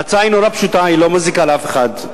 ההצעה היא מאוד פשוטה, היא לא מזיקה לאף אחד.